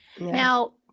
now